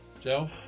Joe